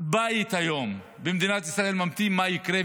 בית היום במדינת ישראל ממתין מה יקרה,